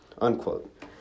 Unquote